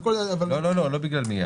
לא בגלל מיליארד.